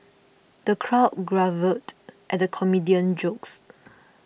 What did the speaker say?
the crowd guffawed at the comedian's jokes